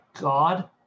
god